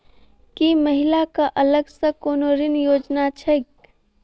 की महिला कऽ अलग सँ कोनो ऋण योजना छैक?